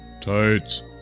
tights